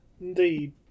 Indeed